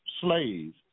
slaves